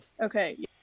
Okay